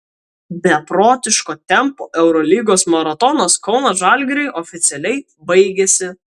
beprotiško tempo eurolygos maratonas kauno žalgiriui oficialiai baigėsi